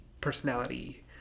personality